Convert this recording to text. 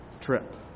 trip